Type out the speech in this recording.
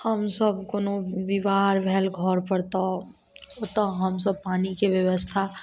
हमसब कोनो विवाह आर भेल घर पर तऽ ओतऽ हमसब पानिके व्यवस्था